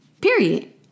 Period